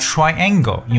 Triangle